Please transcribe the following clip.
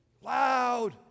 loud